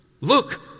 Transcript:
Look